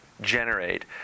generate